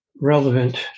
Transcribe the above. relevant